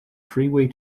freeway